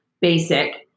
basic